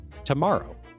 Tomorrow